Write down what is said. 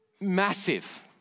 massive